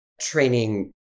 training